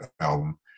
album